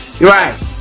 Right